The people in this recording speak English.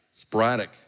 sporadic